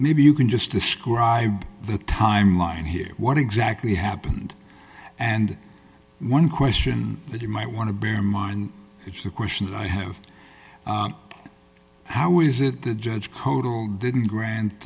maybe you can just describe the timeline here what exactly happened and one question that you might want to bear in mind it's a question that i have how is it the judge hodell didn't grant